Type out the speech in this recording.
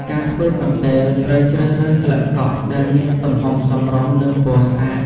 ការធ្វើកន្ទេល ត្រូវជ្រើសរើសស្លឹកកក់ដែលមានទំហំសមរម្យ និងពណ៌ស្អាត។